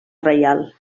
reial